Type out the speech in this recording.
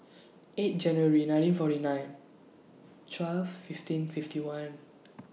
eight January nineteen forty nine twelve fifteen fifty one